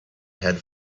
head